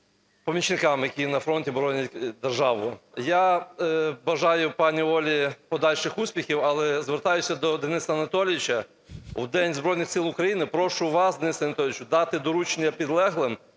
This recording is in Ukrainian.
Я бажаю пані Олі подальших успіхів. Але звертаюся до Дениса Анатолійовича. В День Збройних Сил України прошу вас, Денисе Анатолійовичу, дати доручення підлеглим